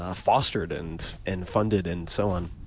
ah fostered and and funded and so on.